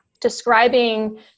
describing